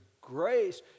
grace